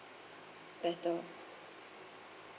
better